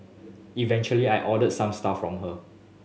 eventually I ordered some stuff from her